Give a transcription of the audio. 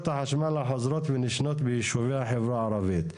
החשמל החוזרות ונשנות ביישובי החברה הערבית.